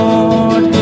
Lord